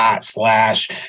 slash